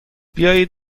بیایید